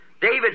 David